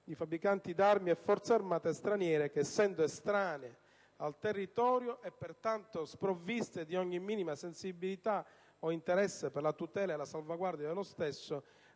fabbricanti d'armi e forze armate straniere che, essendo estranee al territorio e pertanto sprovviste di ogni minima sensibilità o interesse per la tutela e la salvaguardia dello stesso,